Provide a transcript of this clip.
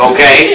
Okay